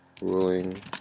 ruling